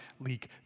leak